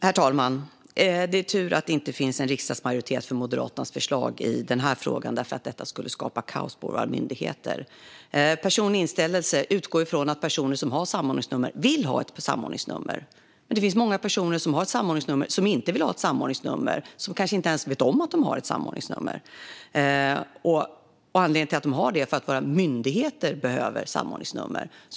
Herr talman! Det är tur att det inte finns en riksdagsmajoritet för Moderaternas förslag i den här frågan. Det skulle nämligen skapa kaos på våra myndigheter. Personlig inställelse utgår från att personer som har ett samordningsnummer vill ha ett samordningsnummer. Det finns många personer som har ett samordningsnummer som inte vill ha ett samordningsnummer eller kanske inte ens vet om att de har ett samordningsnummer. Anledningen till att de har det är att våra myndigheter behöver samordningsnummer.